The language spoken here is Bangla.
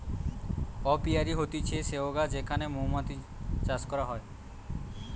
অপিয়ারী হতিছে সেহগা যেখানে মৌমাতছি চাষ করা হয়